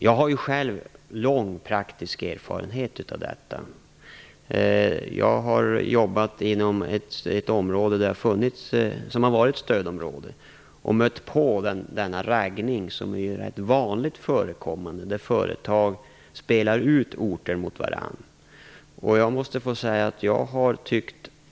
Jag har själv lång praktisk erfarenhet av detta. Jag har jobbat inom ett område som har varit stödområde och mött den raggning där företag spelar ut orter mot varandra. Den är ganska vanlig.